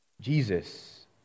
Jesus